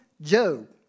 Job